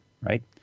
right